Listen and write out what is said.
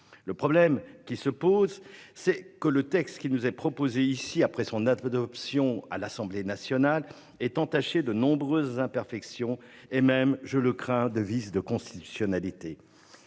Le problème qui se pose c'est que le texte qui nous est proposé ici après son peu d'options à l'Assemblée nationale est entâchée de nombreuses imperfections et même je le crains de vices de constitutionnalité